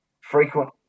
frequent